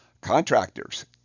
contractors